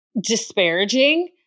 disparaging